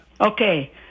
Okay